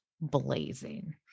blazing